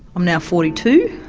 i'm now forty two,